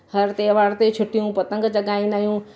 हर त्योहारु ते छुटियूं पतंग जॻाईंदा आहियूं